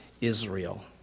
Israel